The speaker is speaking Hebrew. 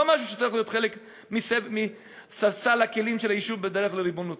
ולא משהו שצריך להיות חלק מסל הכלים של היישוב בדרך לריבונות,